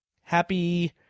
happy